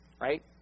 right